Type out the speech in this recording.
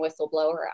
whistleblower